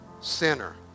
sinner